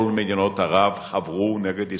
כל מדינות ערב חברו נגד ישראל.